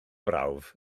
brawf